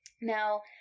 Now